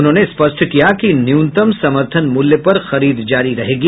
उन्होंने स्पष्ट किया कि न्यूनतम समर्थन मूल्य पर खरीद जारी रहेगी